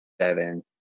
Seven